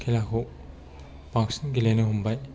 खेलाखौ बांसिन गेलेनो हमाबाय